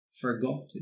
forgotten